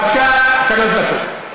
בבקשה, שלוש דקות.